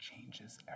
changes